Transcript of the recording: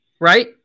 right